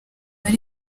ari